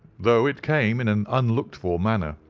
though it came in an unlooked-for manner.